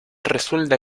resulta